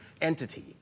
entity